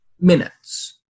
minutes